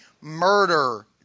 murder